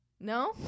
No